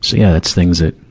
yeah, it's things that,